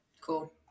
Cool